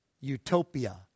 Utopia